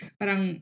parang